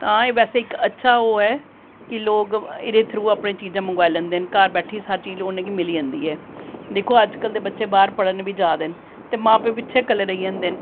आं बैसे एह् इक्क अच्छा ओह् ऐ की लोग एह्दे थ्रू अपनी चीज़ां मंगाई लैंदे न ते घर बैठे दे उनेंगी चीज़ मिली जंदी ऐ दिक्खो अज्जकल दे बच्चे बाहर पढ़ने गी बी जा करदे न ते मां प्यो पिच्छें कल्लै रेही जंदे न